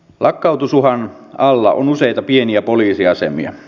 lakkautusuhan alla on useita pieniä poliisiasemia